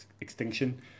extinction